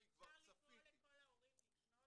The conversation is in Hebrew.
אפשר לקרוא לכל ההורים לפנות ולקבל הסעה?